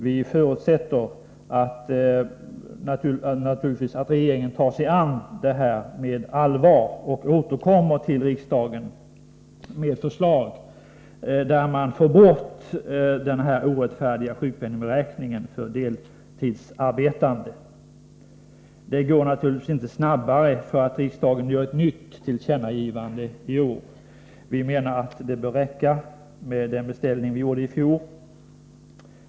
Vi förutsätter naturligtvis att regeringen tar sig an uppgiften med allvar och återkommer till riksdagen med förslag till regler där denna orättfärdiga sjukpenningberäkning för deltidsarbetande tagits bort. Det går naturligtvis inte snabbare, om riksdagen gör ett nytt tillkännagivande i år. Vi menar att det bör räcka med den beställning vi gjorde i fjol.